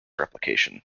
replication